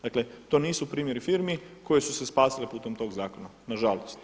Dakle to nisu primjeri firmi koje su se spasile putem tog zakona nažalost.